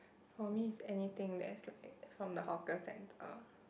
for me is anything less like from the hawker center